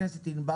הנושא.